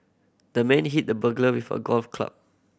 the man hit the burglar with a golf club